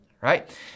right